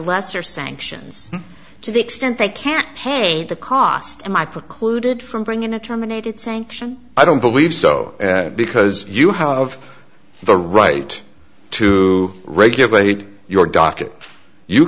lesser sanctions to the extent they can't pay the cost of my precluded from bringing a terminated sanction i don't believe so because you haue of the right to regulate your docket you